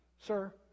sir